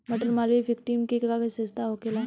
मटर मालवीय फिफ्टीन के का विशेषता होखेला?